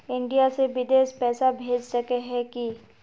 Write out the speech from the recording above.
India से बिदेश पैसा भेज सके है की?